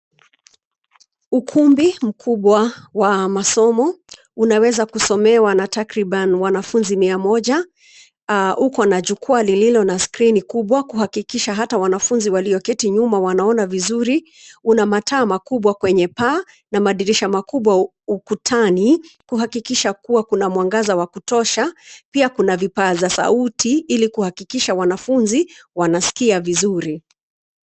Ukumbi mkubwa wa masomo unaweza kusomewa na takriban wanafunzi mia moja uko na jukwaa lilino na skreeni kubwa kuhakikisha hata wanafunzi walioketi nyuma wanaona vizuri. Una mataa makubwa kwenye paa na madirisha makubwa ukutani ili kuhakikisha kuna mwangaza wa kutosha. Pia kuna vipaza sauti ili kuhakikisha wanafunzi wanaskia vizuri.